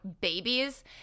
babies